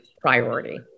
priority